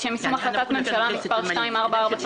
לשם יישום החלטת ממשלה מס' 2443,